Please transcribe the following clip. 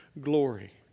glory